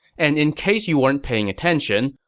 and in case you weren't paying attention,